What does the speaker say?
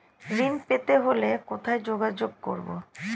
ঋণ পেতে হলে কোথায় যোগাযোগ করব?